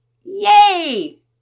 Yay